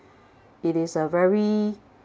it is a very